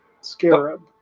Scarab